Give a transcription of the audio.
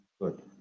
good